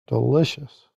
delicious